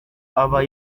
aba